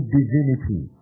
divinity